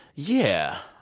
yeah.